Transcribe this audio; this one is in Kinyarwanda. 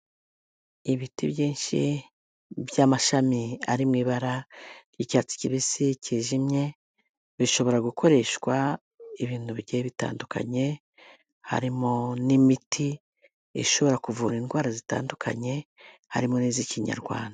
Ibiti byinshi by'amashami ari mu ibara ry'icyatsi kibisi kijimye, bishobora gukoreshwa ibintu bigiye bitandukanye, harimo n'imiti ishobora kuvura indwara zitandukanye, harimo n'iz'ikinyarwanda.